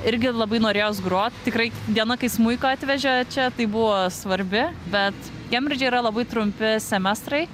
irgi labai norėjos grot tikrai diena kai smuiką atvežė čia tai buvo svarbi bet kembridže yra labai trumpi semestrai